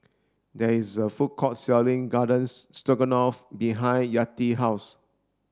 there is a food court selling Gardens Stroganoff behind Yetta house